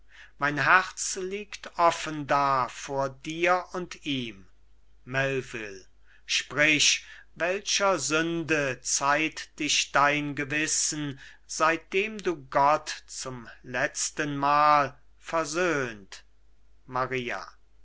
mein herz liegt offen da vor dir und ihm melvil sprich welcher sünde zeiht dich dein gewissen seitdem du gott zum letztenmal versöhnt maria